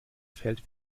feld